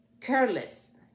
careless